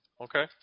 Okay